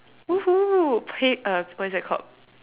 !woohoo! pay uh what is that called